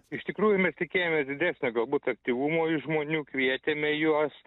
iš tikrųjų mes tikėjomės didesnio galbūt aktyvumo iš žmonių kvietėme juos